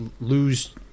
lose –